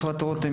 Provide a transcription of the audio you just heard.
אפרת רותם,